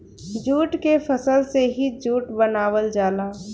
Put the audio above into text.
jute के फसल से ही जूट बनावल जाला